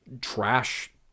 trash